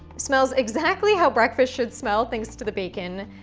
smells exactly how breakfast should smell, thanks to the bacon,